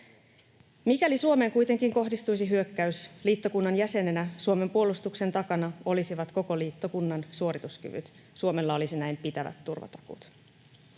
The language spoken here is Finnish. Mikäli Suomeen kuitenkin kohdistuisi hyökkäys liittokunnan jäsenenä, Suomen puolustuksen takana olisivat koko liittokunnan suorituskyvyt. Suomella olisi näin pitävät turvatakuut.